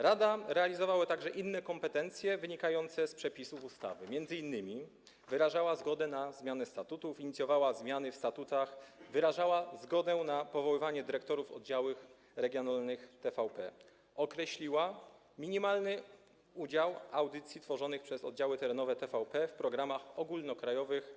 Rada realizowała także inne kompetencje wynikające z przepisów ustawy, m.in. wyrażała zgodę na zmianę statutów, inicjowała zmiany w statutach, wyrażała zgodę na powoływanie dyrektorów oddziałów regionalnych TVP, określiła minimalny udział audycji tworzonych przez oddziały terenowe TVP w programach ogólnokrajowych